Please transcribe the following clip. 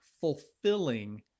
fulfilling